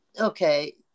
Okay